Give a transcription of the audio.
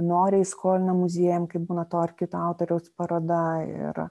noriai skolina muziejam kai būna to ar kito autoriaus paroda ir